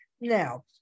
now